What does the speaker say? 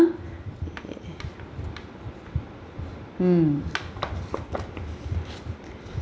eh hmm